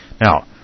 Now